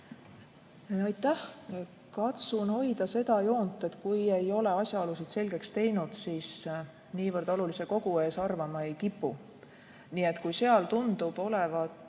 Aitäh! Katsun hoida seda joont, et kui ei ole asjaolusid selgeks teinud, siis niivõrd olulise kogu ees arvama ei kipu. Nii et kui seal tundub olevat